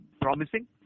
promising